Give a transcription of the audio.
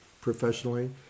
professionally